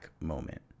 moment